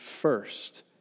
first